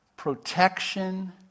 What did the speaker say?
Protection